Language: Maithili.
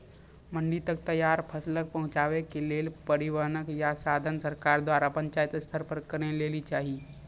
मंडी तक तैयार फसलक पहुँचावे के लेल परिवहनक या साधन सरकार द्वारा पंचायत स्तर पर करै लेली चाही?